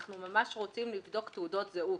אנחנו ממש רוצים לבדוק תעודות זהות,